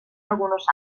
algunos